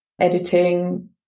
editing